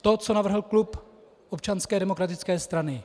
To, co navrhl klub Občanské demokratické strany.